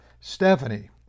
Stephanie